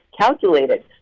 calculated